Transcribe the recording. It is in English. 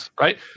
right